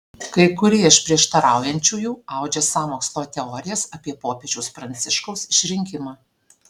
kai kurie iš prieštaraujančiųjų audžia sąmokslo teorijas apie popiežiaus pranciškaus išrinkimą